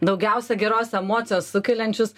daugiausia geros emocijos sukeliančius